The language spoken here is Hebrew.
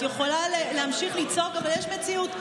את יכולה להמשיך לצעוק, אבל יש מציאות.